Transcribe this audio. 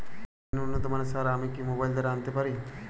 বিভিন্ন উন্নতমানের সার আমি কি মোবাইল দ্বারা আনাতে পারি?